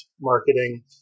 marketing